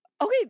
Okay